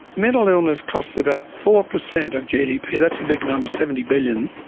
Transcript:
mental illness costs about four percent of gdp, that's a big number, seventy billion